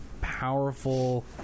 powerful